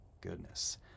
goodness